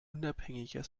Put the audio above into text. unabhängiger